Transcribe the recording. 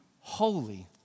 holy